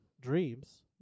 Dreams